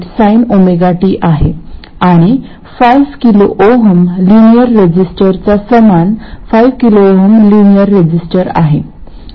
आणि 5KΩ linear resistor चा समान 5KΩ लिनियर रेझिस्टर आहे